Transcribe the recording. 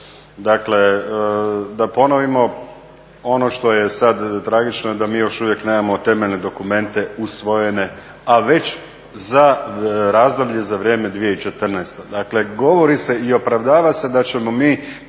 Dakle da ponovimo, ono što je sad tragično da mi još uvijek nemamo temeljne dokumente usvojene, a već za razdoblje za vrijeme 2014., dakle govori se i opravdava se da ćemo mi